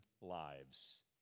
lives